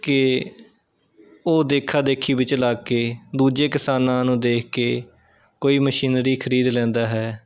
ਕਿ ਉਹ ਦੇਖਾ ਦੇਖੀ ਵਿੱਚ ਲੱਗ ਕੇ ਦੂਜੇ ਕਿਸਾਨਾਂ ਨੂੰ ਦੇਖ ਕੇ ਕੋਈ ਮਸ਼ੀਨਰੀ ਖ਼ਰੀਦ ਲੈਂਦਾ ਹੈ